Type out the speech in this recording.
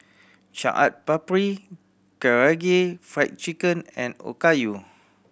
Chaat Papri Karaage Fried Chicken and Okayu